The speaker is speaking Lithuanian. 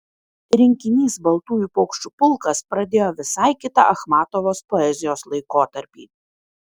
rinkinys baltųjų paukščių pulkas pradėjo visai kitą achmatovos poezijos laikotarpį